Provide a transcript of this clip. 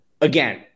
Again